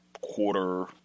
quarter